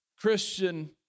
Christian